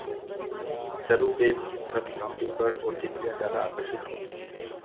सरू बेल की तरफ हमिंगबर्ड और तितलियां ज्यादा आकर्षित होती हैं